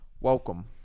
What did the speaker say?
Welcome